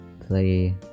play